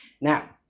Now